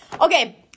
okay